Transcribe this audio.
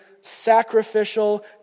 sacrificial